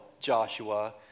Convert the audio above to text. Joshua